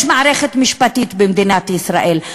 יש מערכת משפטית במדינת ישראל,